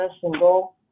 single